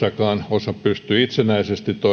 osa pystyy itsenäisesti toimimaan varsinkin akateemisen